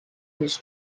his